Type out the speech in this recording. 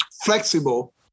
flexible